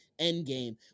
Endgame